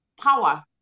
power